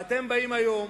ואתם באים היום